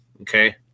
Okay